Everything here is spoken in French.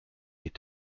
est